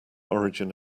origin